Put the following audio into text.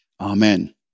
Amen